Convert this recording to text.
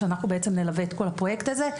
שאנחנו בעצם נלווה את כל הפרויקט הזה,